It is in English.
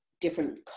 different